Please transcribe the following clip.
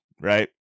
right